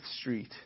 Street